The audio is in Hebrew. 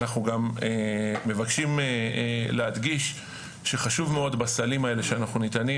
אנחנו גם מבקשים להדגיש שחשוב מאוד בסלים האלה שאנחנו נותנים,